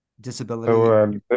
Disability